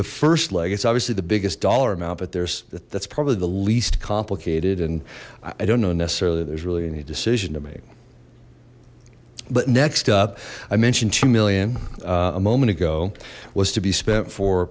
the first leg it's obviously the biggest dollar amount but there's that's probably the least complicated and i don't know necessarily there's really any decision to make but next up i mentioned two million a moment ago was to be spent fo